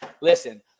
listen